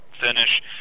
finish